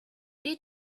did